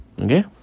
Okay